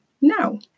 no